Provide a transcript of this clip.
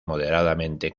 moderadamente